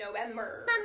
November